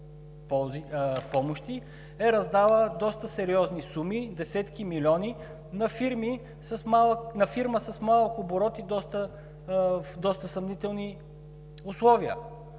е раздала доста сериозни суми – десетки милиони, на фирма с малък оборот при доста съмнителни условия,